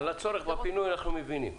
את הצורך בפינוי, אנחנו מבינים.